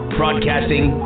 broadcasting